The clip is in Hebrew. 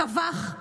טבח,